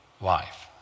life